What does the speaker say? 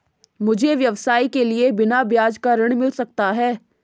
मुझे व्यवसाय के लिए बिना ब्याज का ऋण मिल सकता है?